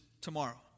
tomorrow